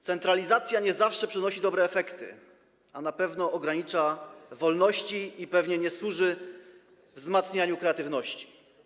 Centralizacja nie zawsze przynosi dobre efekty, a na pewno ogranicza wolności i pewnie nie służy wzmacnianiu kreatywności.